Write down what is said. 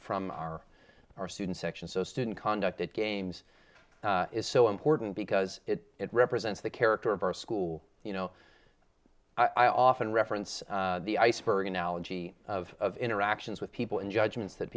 from our our student section so student conduct at games is so important because it represents the character of our school you know i often reference the iceberg analogy of interactions with people in judgments that